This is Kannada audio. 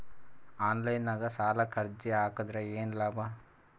ಆನ್ಲೈನ್ ನಾಗ್ ಸಾಲಕ್ ಅರ್ಜಿ ಹಾಕದ್ರ ಏನು ಲಾಭ?